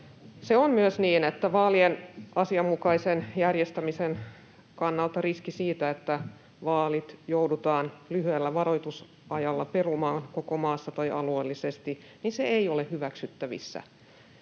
Se on myös niin, että vaalien asianmukaisen järjestämisen kannalta riski siitä, että vaalit joudutaan lyhyellä varoitusajalla perumaan koko maassa tai alueellisesti, ei ole hyväksyttävissä.